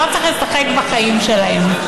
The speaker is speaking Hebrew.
לא צריך לשחק בחיים שלהם.